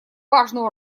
важную